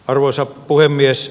arvoisa puhemies